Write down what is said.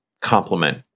compliment